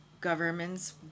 government's